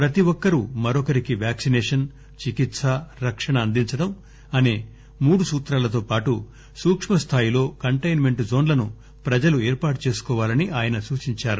ప్రతి ఒక్కరూ మరొకరికి వాక్సిసేషన్ చికిత్స రక్షణ అందించడం అసే మూడు సూత్రాలతో పాటు సూక్మ స్థాయిలో కంటైన్ మెంట్ జోన్లను ప్రజలు ఏర్పాటు చేసుకోవాలని ఆయన సూచించారు